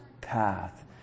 path